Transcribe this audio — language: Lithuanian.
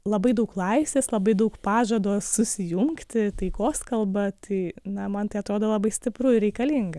labai daug laisvės labai daug pažado susijungti taikos kalba tai na man tai atrodo labai stipru ir reikalinga